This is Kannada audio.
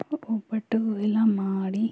ಒಬ್ಬಟ್ಟು ಎಲ್ಲ ಮಾಡಿ